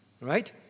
Right